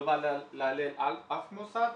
לא בא להלל אף מוסד.